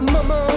Mama